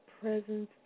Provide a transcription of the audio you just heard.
presence